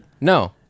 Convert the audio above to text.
no